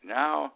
now